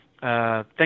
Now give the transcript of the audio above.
Thank